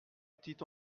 petit